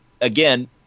again